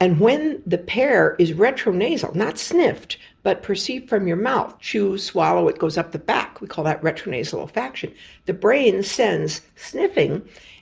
and when the pear is retronasal, not sniffed, but perceived from your mouth chew, swallow, it goes up the back, we call that retronasal olfaction the brain sends sniffing